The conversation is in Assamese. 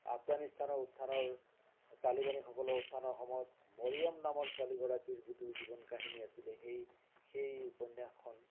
আফগানিস্তানৰ উত্থানৰ তালিবানীসকলৰ উত্থানৰ সময়ত মৰিয়ম নামৰ ছোৱালীগৰাকীৰ যিটো জীৱন কাহিনী আছিলে সেই সেই উপন্যাসখন